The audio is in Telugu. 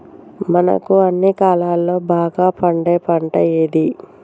మనకు అన్ని కాలాల్లో బాగా పండే పంట ఏది?